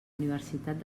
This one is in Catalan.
universitat